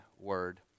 Word